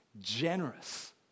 generous